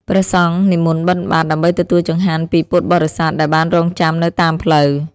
ព្រះសង្ឃនិមន្តបិណ្ឌបាត ដើម្បីទទួលចង្ហាន់ពីពុទ្ធបរិស័ទដែលបានរង់ចាំនៅតាមផ្លូវ។